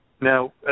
Now